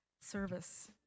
service